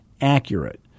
accurate